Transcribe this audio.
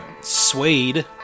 suede